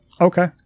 okay